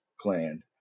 Clan